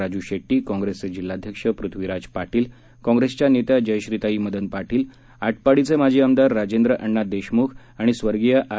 राज् शेट्टी काँग्रेसचे जिल्हाध्यक्ष पृथ्वीराज पाटील काँग्रेसच्या नेत्या जयश्रीताई मदन पाटील आटपाडीचे माजी आमदार राजेंद्र अण्णा देशम्ख आणि स्वर्गीय आर